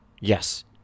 yes